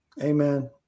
Amen